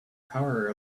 power